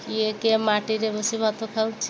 କିଏ କିଏ ମାଟିରେ ବସି ଭାତ ଖାଉଛି